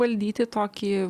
valdyti tokį